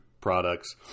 products